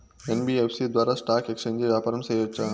NBFC ద్వారా stock exchange వ్యాపారం సేయొచ్చా?